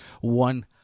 One